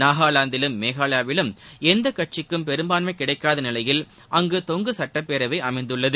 நாகாவாந்திலும் மேகாலயாவிலும் எந்த கட்சிக்கும் பெரும்பான்மை கிடைக்காத நிலையில் அங்கு தொங்கு சட்டப்பேரவை அமைந்துள்ளது